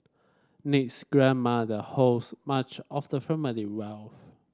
Nick's grandmother holds much of the family wealth